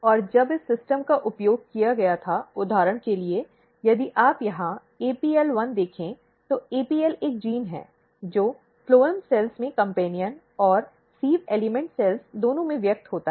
और जब इस प्रणाली का उपयोग किया गया था उदाहरण के लिए यदि आप यहां APL1 देखें तो APL एक जीन है जो फ्लोएम कोशिकाओं में कम्पेन्यन और सिव एल्इमॅन्ट कोशिकाओं दोनों में व्यक्त होता है